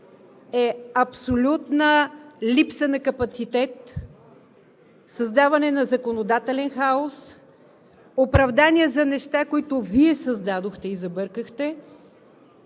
е абсолютна липса на капацитет, създаване на законодателен хаос, оправдание за неща, които Вие създадохте и забъркахте.